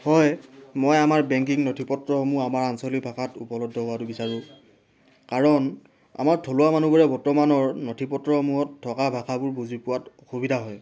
হয় মই আমাৰ বেংকিং নথিপত্ৰসমূহ আমাৰ আঞ্চলিক ভাষাত উপলব্ধ হোৱাটো বিচাৰোঁ কাৰণ আমাৰ থলুৱা মানুহবোৰে বৰ্তমানৰ নথিপত্ৰসমূহত থকা ভাষাবোৰ বুজি পোৱাত অসুবিধা হয়